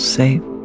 safe